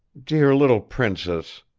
dear little princess,